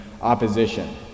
opposition